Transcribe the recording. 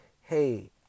hey